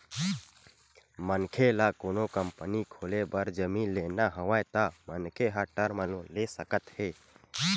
मनखे ल कोनो कंपनी खोले बर जमीन लेना हवय त मनखे ह टर्म लोन ले सकत हे